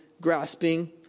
grasping